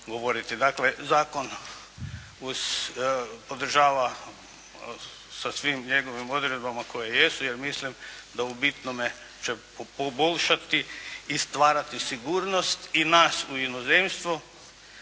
Dakle, zakon uz održava sa svim njegovim odredbama koje jesu, jer mislim da u bitnome će poboljšati i stvarati sigurnost i nas u inozemstvu